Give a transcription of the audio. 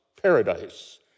paradise